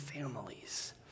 families